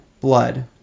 Blood